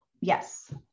Yes